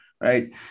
right